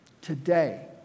today